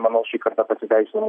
manau šį kartą pasiteisino